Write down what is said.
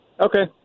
Okay